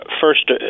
first